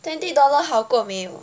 twenty dollar 好过没有